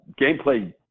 gameplay